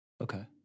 Okay